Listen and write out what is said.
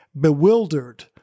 bewildered